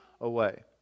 away